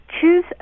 choose